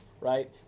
right